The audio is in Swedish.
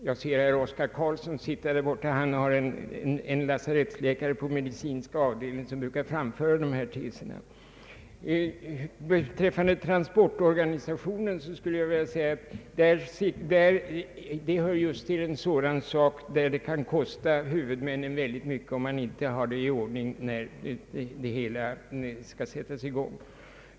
Herr Oscar Carlsson i Säffle som jag ser här mitt framför mig har en lasarettsläkare på medicinska avdelningen på sitt länssjukhus som brukar framföra dessa teser. Transportorganisationen är också en sådan sak som kan kosta huvudmännen mycket, om den inte är ordnad så att det hela snabbt kan sättas i gång.